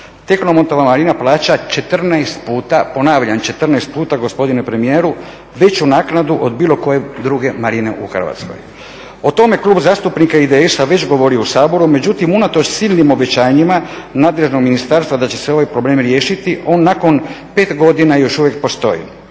Tehnomontova marina plaća 14 puta, ponavljam 14 puta gospodine premijeru, veću naknadu od bilo koje druge marine u Hrvatskoj. O tome je Klub zastupnika IDS-a već govorio u Saboru međutim unatoč silnim obećanjima nadležnog ministarstva da će se ovaj problem riješiti on nakon 5 godina još uvijek postoji.